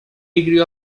degrees